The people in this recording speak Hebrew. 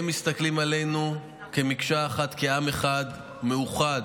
הם מסתכלים עלינו כמקשה אחת, כעם אחד מאוחד,